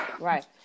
Right